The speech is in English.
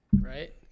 right